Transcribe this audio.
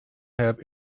have